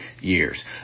years